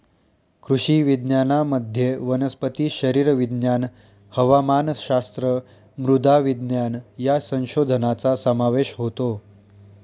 कृषी विज्ञानामध्ये वनस्पती शरीरविज्ञान, हवामानशास्त्र, मृदा विज्ञान या संशोधनाचा समावेश होतो